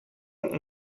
ont